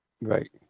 Right